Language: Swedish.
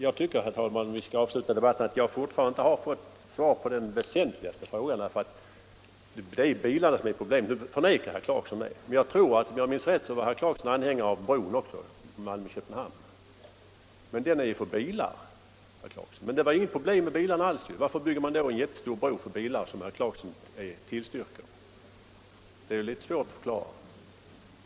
Öresundsförbin Jag anser, herr talman, att jag fortfarande inte har fått svar på den = delserna väsentligaste frågan, därför att det är bilarna som är problemet. Nu förnekar herr Clarkson det, men om jag minns rätt var herr Clarkson anhängare till förslaget om en bro mellan Malmö och Köpenhamn. Den var ju för bilar, herr Clarkson, och det är ju inget problem alls med bilarna! Varför tillstyrker då herr Clarkson att man bygger en jättestor bro för bilar? Det är väl litet svårt att förklara.